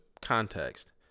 context